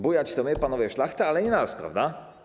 Bujać to my, panowie szlachta, ale nie nas, prawda?